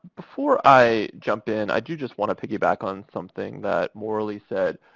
before i jump in, i do just want to piggyback on something that morralee said,